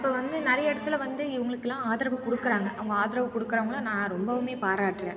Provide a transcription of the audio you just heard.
இப்போ வந்து நிறைய இடத்துல வந்து இவங்களுக்கெல்லாம் ஆதரவு கொடுக்கறாங்க அவங்க ஆதரவு கொடுக்கறவங்கள நான் ரொம்பவும் பாராட்டுறேன்